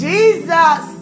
Jesus